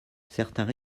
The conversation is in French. certains